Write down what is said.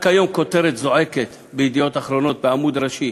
רק היום כותרת זועקת ב"ידיעות אחרונות" בעמוד הראשי: